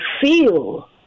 feel